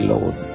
Lord